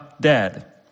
dead